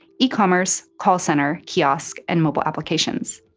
ecommerce, call center, kiosk, and mobile applications.